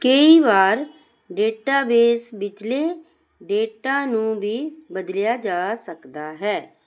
ਕਈ ਵਾਰ ਡੇਟਾਬੇਸ ਵਿਚਲੇ ਡੇਟਾ ਨੂੰ ਵੀ ਬਦਲਿਆ ਜਾ ਸਕਦਾ ਹੈ